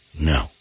No